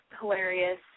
Hilarious